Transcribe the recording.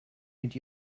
mit